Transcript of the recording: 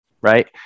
Right